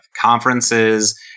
conferences